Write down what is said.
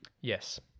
Yes